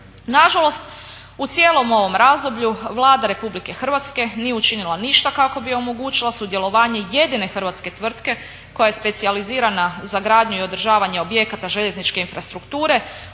Nažalost, u cijelom ovom razdoblju Vlada Republike Hrvatske nije učinila ništa kako bi omogućila sudjelovanje jedine hrvatske tvrtke koja je specijalizirana za gradnju i održavanje objekata željezničke infrastrukture